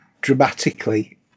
dramatically